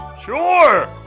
sure!